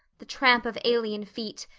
the tramp of alien feet,